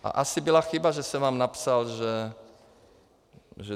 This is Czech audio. A asi byla chyba, že jsem vám napsal, že...